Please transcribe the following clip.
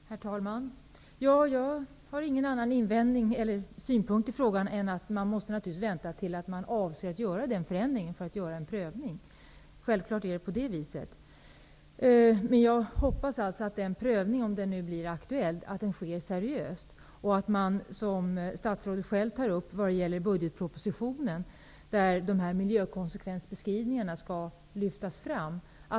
Herr talman! Jag har ingen annan invändning mot eller synpunkt på frågan än att man naturligtvis måste vänta med att göra en prövning tills dess man avser att göra en förändring. Självfallet är det på det viset. Men om en prövning nu blir aktuell, hoppas jag att den sker seriöst. Statsrådet tog själv upp att miljökonsekvensbeskrivningarna lyfts fram i budgetpropositionen.